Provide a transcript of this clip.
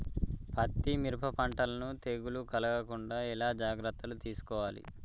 పత్తి మిరప పంటలను తెగులు కలగకుండా ఎలా జాగ్రత్తలు తీసుకోవాలి?